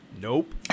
Nope